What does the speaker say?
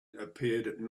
appeared